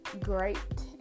great